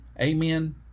Amen